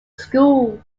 school